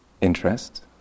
Interest